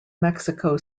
mexico